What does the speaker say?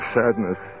sadness